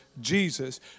Jesus